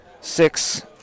six